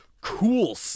cool